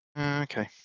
Okay